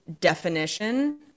definition